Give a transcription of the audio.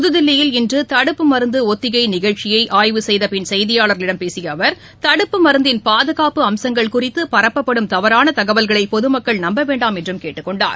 புத்தில்லியில் இன்று தடுப்பு மருந்து ஒத்திகை நிகழ்ச்சியை ஆய்வு செய்தபின் செய்தியாளர்களிடம் பேசிய அவர் தடுப்பு மருந்தின் பாதுகாப்பு அம்ங்கள் குறித்து பரப்பப்படும் தவறான தகவல்களை பொதுமக்கள் நம்ப வேண்டாம் என்றும் கேட்டுக் கொண்டார்